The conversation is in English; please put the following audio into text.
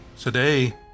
Today